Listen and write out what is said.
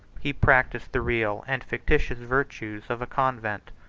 he practised the real and fictitious virtues of a convent.